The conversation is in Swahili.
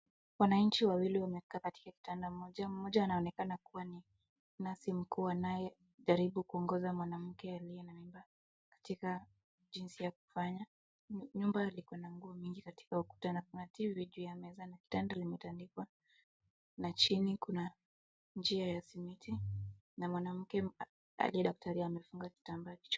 Wananchi wawili wamekaa kitanda moja, mmoja anaonekana kuwa ni nasi mkuu anayejaribu kuongoza mwanamke aliye na mimba jinsi ya kufanya, nyumba iko na nguo nyingi ukutani na tv juu ya meza, kitanda imetandikwa na chini kuna njia ya simiti na mwanamke aliye daktari amefungwa kitambaa kichwani.